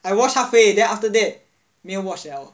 I watched halfway then after that 没有 watch 了